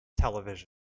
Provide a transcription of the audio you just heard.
television